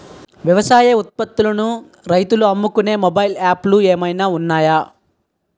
వ్యవసాయ ఉత్పత్తులను రైతులు అమ్ముకునే మొబైల్ యాప్ లు ఏమైనా ఉన్నాయా?